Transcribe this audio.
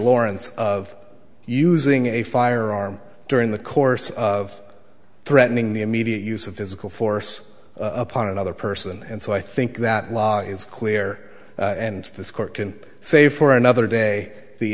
lawrence of using a firearm during the course of threatening the immediate use of physical force upon another person and so i think that law is clear and this court can say for another day the